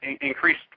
increased